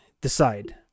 Decide